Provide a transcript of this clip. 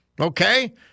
Okay